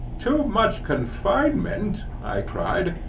too much confinement, i cried,